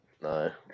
No